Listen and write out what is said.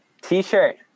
T-shirt